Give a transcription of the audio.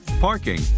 parking